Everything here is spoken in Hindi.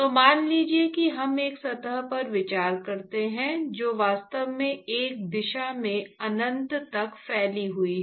तो मान लीजिए कि हम एक सतह पर विचार करते हैं जो वास्तव में एक दिशा में अनंत तक फैली हुई है